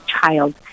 child